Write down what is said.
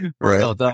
Right